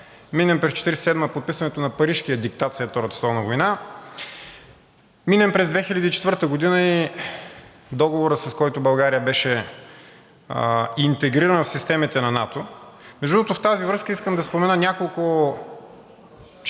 минем през 1947 г. – подписването на Парижкия диктат след Втората световна война, минем през 2004 г. и договора, с който България беше интегрирана в системите на НАТО. Между другото, в тази връзка искам да спомена няколко